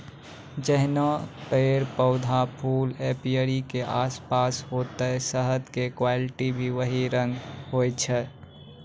जैहनो पेड़, पौधा, फूल एपीयरी के आसपास होतै शहद के क्वालिटी भी वही रंग होय छै